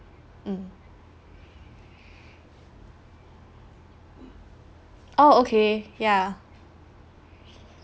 mm oh okay ya